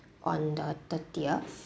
on the thirtieth